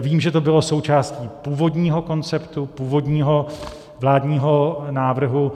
Vím, že to bylo součástí původního konceptu, původního vládního návrhu.